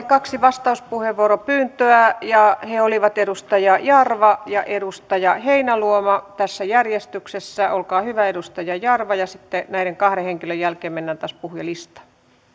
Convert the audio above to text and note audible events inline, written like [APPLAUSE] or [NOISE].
[UNINTELLIGIBLE] kaksi vastauspuheenvuoropyyntöä ja he olivat edustaja jarva ja edustaja heinäluoma tässä järjestyksessä olkaa hyvä edustaja jarva ja sitten näiden kahden henkilön jälkeen mennään taas puhujalistaan